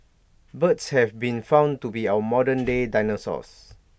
birds have been found to be our modern day dinosaurs